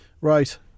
Right